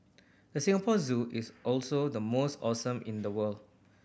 the Singapore Zoo is also the most awesome in the world